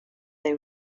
they